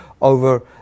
over